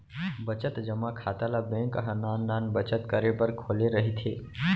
बचत जमा खाता ल बेंक ह नान नान बचत करे बर खोले रहिथे